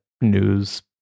news